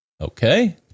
Okay